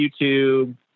youtube